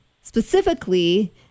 specifically